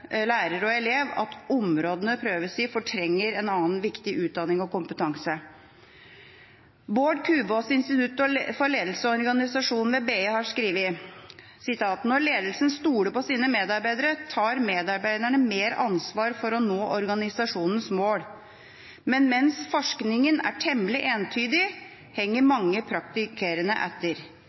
lærer og elev at områdene det prøves i, fortrenger annen viktig utdanning og kompetanse. Bård Kuvaas ved Institutt for ledelse og organisasjon ved BI har skrevet: «Når ledelsen stoler på sine medarbeidere, tar medarbeiderne mer ansvar for å nå organisasjonens mål . Men mens forskningen er temmelig entydig, henger mange praktikere etter.